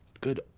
good